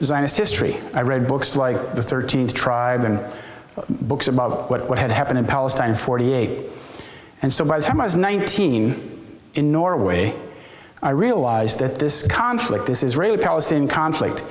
zionist history i read books like the thirteenth tribe and books about what had happened in palestine in forty eight and so by the time i was nineteen in norway i realized that this conflict this israeli palestinian conflict